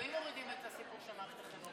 אבל אם מורידים את הסיפור של מערכת החינוך מהחוק?